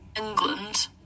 England